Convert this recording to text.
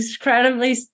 incredibly